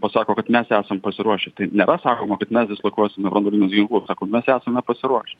pasako kad mes esam pasiruošę tai nėra sakoma kad mes dislokuosime branduolinius ginklus sako mes esame pasiruošę